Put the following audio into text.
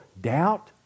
doubt